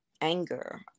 anger